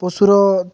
ପଶୁର